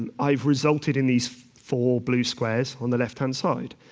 and i've resulted in these four blue squares on the left-hand side.